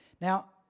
Now